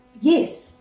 yes